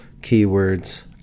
keywords